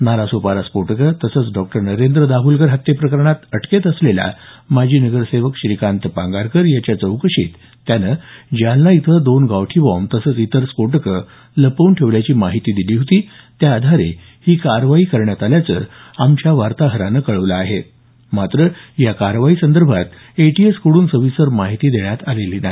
नालासोपारा स्फोटकं तसंच डॉ नरेंद्र दाभोलकर हत्येप्रकरणात अटकेत असलेला माजी नगरसेवक श्रीकांत पांगारकर याच्या चौकशीत त्यानं जालना इथं दोन गावठी बॉम्ब तसंच इतर स्फोटकं लपवून ठेवल्याची माहिती दिली होती त्याआधारे ही कारवाई करण्यात आल्याचं आमच्या वार्ताहरानं कळवलं आहे मात्र या कारवाईसंदर्भात एटीएसकडून सविस्तर माहिती देण्यात आलेली नाही